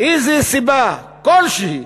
סיבה כלשהי